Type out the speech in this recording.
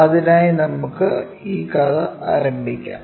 അതിനായി നമുക്ക് ഈ കഥ ആരംഭിക്കാം